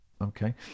Okay